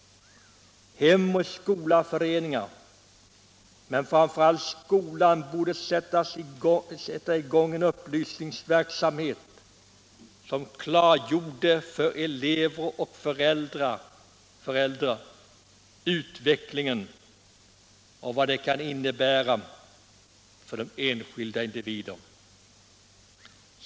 Hem och skolaföreningarna, men framför allt skolan borde sätta i gång en upplysningsverksamhet som klargjorde för elever och föräldrar utvecklingen och vad den kan innebära för enskilda individer.